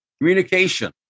Communication